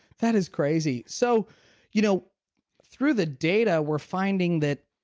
that is crazy so you know through the data we're finding that